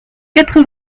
quatre